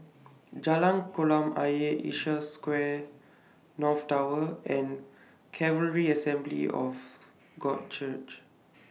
Jalan Kolam Ayer Asia Square North Tower and Calvary Assembly of God Church